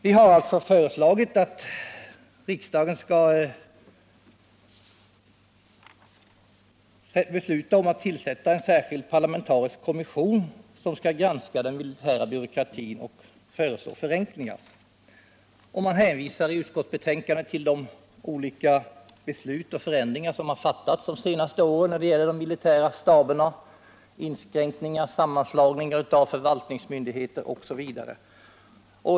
Vi har föreslagit att riksdagen skall besluta om tillsättandet av en särskild parlamentarisk kommission med uppgift att granska den militära byråkratin och föreslå förenklingar. Utskottet hänvisar i betänkandet till de olika beslut om förändringar som har fattats under de senaste åren när det gäller de militära staberna. Man har gjort inskränkningar, sammanläggningar av förvaltningsmyndigheter m.m.